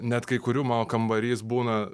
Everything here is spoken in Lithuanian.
net kai kuriu mano kambarys būna